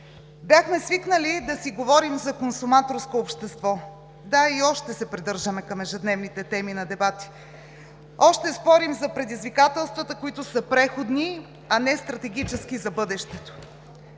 Бяхме свикнали да си говорим за консуматорско общество. Да, и още се придържаме към ежедневните теми на дебати. Още спорим за предизвикателствата, които са преходни, а не стратегически за бъдещето.